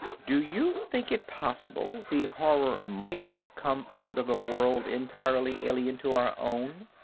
do you think it possible the horror might have come out of a world entirely alien to our own?